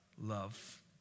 Love